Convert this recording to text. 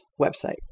website